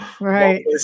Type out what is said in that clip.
Right